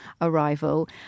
arrival